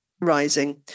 Rising